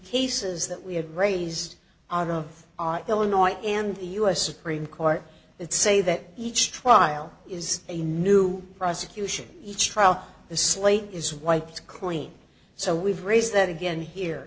cases that we had raised out of illinois and the u s supreme court that say that each trial is a new prosecution each trial the slate is wiped clean so we've raised that again here